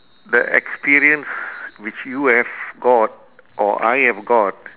the experience which you have got or I have got